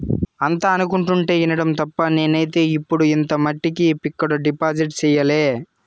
అంతా అనుకుంటుంటే ఇనడం తప్ప నేనైతే ఎప్పుడు ఇంత మట్టికి ఫిక్కడు డిపాజిట్ సెయ్యలే